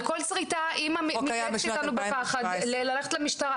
על כל שריטה אימא מתייעצת איתנו בפחד ללכת למשטרה.